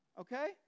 Okay